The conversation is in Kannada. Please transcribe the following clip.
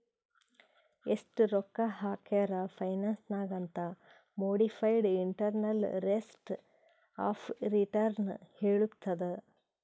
ಎಸ್ಟ್ ರೊಕ್ಕಾ ಹಾಕ್ಯಾರ್ ಫೈನಾನ್ಸ್ ನಾಗ್ ಅಂತ್ modified internal rates of return ಹೇಳತ್ತುದ್